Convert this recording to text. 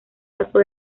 pasó